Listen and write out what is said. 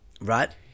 right